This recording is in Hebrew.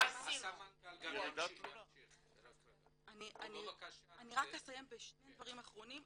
אני אנסה ברשותך --- אני רק אסיים בשני דברים אחרונים.